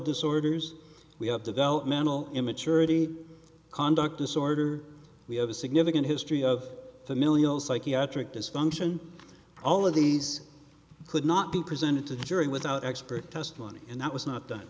disorders we have developmental immaturity conduct disorder we have a significant history of familial psychiatric dysfunction all of these could not be presented to the jury without expert testimony and that was not